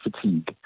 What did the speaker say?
fatigue